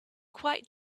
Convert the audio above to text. quite